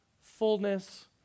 fullness